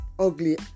Ugly